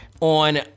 on